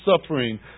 suffering